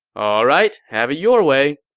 alright, have it your way.